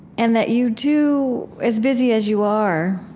and that you do, as busy as you are,